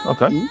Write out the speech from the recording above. Okay